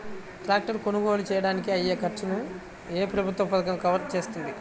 Tractor కొనుగోలు చేయడానికి అయ్యే ఖర్చును ఏ ప్రభుత్వ పథకం కవర్ చేస్తుంది?